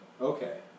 Okay